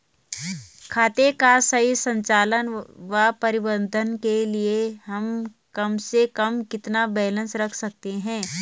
खाते का सही संचालन व प्रबंधन के लिए हम कम से कम कितना बैलेंस रख सकते हैं?